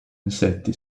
insetti